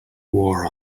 war